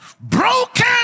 Broken